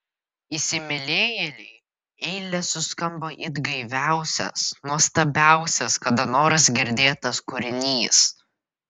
įsimylėjėlei eilės suskambo it gaiviausias nuostabiausias kada nors girdėtas kūrinys